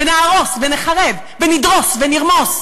ונהרוס, ונחרב, ונדרוס ונרמוס.